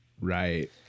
right